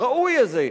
הראוי הזה,